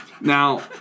Now